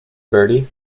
bertie